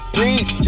Please